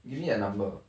give me a number